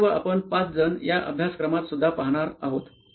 हे सर्व आपण ५ जण या अभ्यासक्रमात सुद्धा पाहणार आहोत